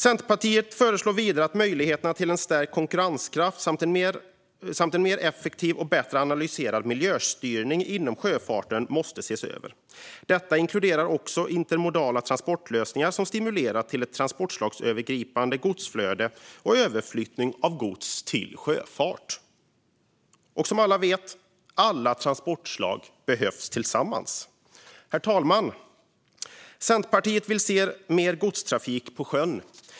Centerpartiet föreslår vidare att möjligheterna till en stärkt konkurrenskraft och en mer effektiv och bättre analyserad miljöstyrning inom sjöfarten måste ses över. Detta inkluderar också intermodala transportlösningar som stimulerar ett transportslagsövergripande godsflöde och överflyttning av gods till sjöfarten. Som alla vet: Alla transportslag behövs tillsammans. Herr talman! Centerpartiet vill se mer godstrafik på sjön.